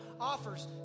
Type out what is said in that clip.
offers